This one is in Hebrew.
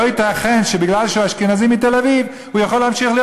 לא ייתכן שמפני שהוא אשכנזי מתל-אביב הוא יכול להמשיך להיות